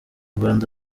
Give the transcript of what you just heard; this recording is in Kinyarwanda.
rwanda